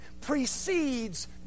precedes